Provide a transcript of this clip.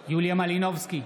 מלינובסקי,